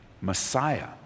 Messiah